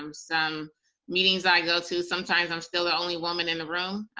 um some meetings i go to, sometimes i'm still the only woman in the room.